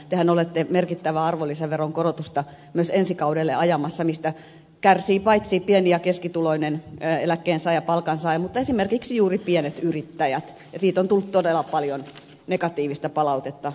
tehän olette ajamassa merkittävää arvonlisäveron korotusta myös ensi kaudelle mistä kärsivät paitsi pieni ja keskituloinen eläkkeensaaja ja palkansaaja myös esimerkiksi juuri pienet yrittäjät ja näistä linjoista on tullut todella paljon negatiivista palautetta